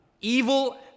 evil